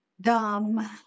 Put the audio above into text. dumb